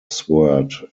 sword